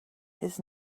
his